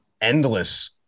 endless